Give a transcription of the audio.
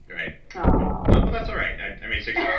right? aww that's all right. i made so yeah